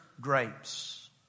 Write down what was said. grapes